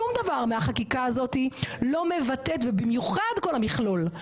שום דבר מהחקיקה הזאת לא מבטאת ובמיוחד כל המכלול,